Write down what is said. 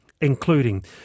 including